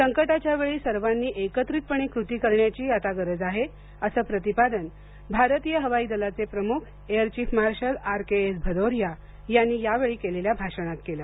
संकटाच्या वेळी सर्वांनी एकत्रितपणे कृती करण्याची आता गरज आहे असं प्रतिपादन भारतीय हवाई दलाचे प्रमुख air chief marshal R K S Bhadauria यांनी यावेळी केलेल्या भाषणात केलं